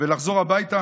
ולחזור הביתה.